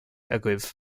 agaibh